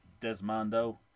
Desmondo